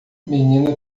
menina